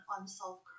unsolved